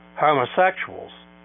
homosexuals